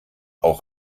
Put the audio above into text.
auch